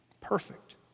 perfect